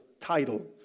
title